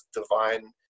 divine